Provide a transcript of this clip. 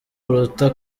buruta